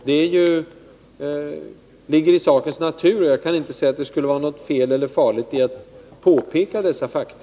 Det ligger i sakens natur. Jag kan som sagt inte se att det skulle vara något fel eller farligt i att peka på dessa fakta.